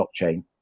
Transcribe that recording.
blockchain